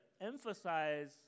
emphasize